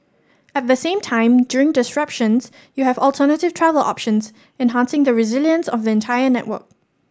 at the same time during disruptions you have alternative travel options enhancing the resilience of entire network